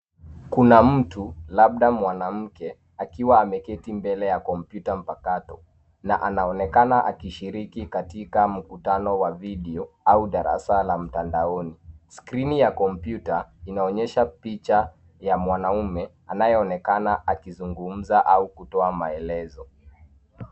Kuna mtu labda mwanamke akiwa ameketi mbele ya kompyuta mpakato na anaonekana akishiriki katika mkutano wa video au darasa la mtandaoni. Skrini ya kompyuta inaonyesha picha ya mwanamume anayeonekana akizungumza au kutoa maelezo.